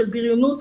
של בריונות,